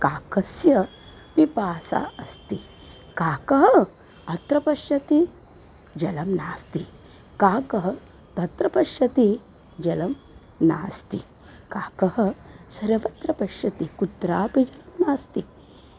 काकस्य पिपासा अस्ति काकः अत्र पश्यति जलं नास्ति काकः तत्र पश्यति जलं नास्ति काकः सर्वत्र पश्यति कुत्रापि जलं नास्ति